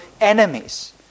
enemies